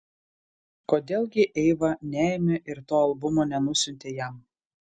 kodėl gi eiva neėmė ir to albumo nenusiuntė jam